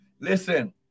Listen